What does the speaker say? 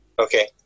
Okay